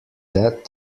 that